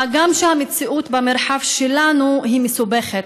מה גם שהמציאות במרחב שלנו היא מסובכת,